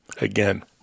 Again